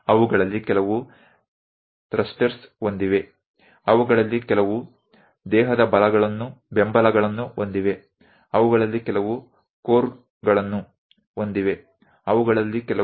તેમાં કેટલાક થ્રસ્ટર્સ છે તેમાંથી કેટલાક રોકેટને ટેકો આપનાર છે કેટલાકમાં કોર છે તેમાંથી કેટલાક શંકુ આકારના હોય છે વગેરે